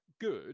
good